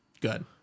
Good